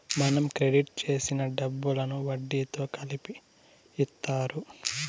మనం క్రెడిట్ చేసిన డబ్బులను వడ్డీతో కలిపి ఇత్తారు